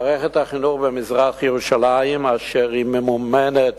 מערכות החינוך במזרח-ירושלים, אשר ממומנות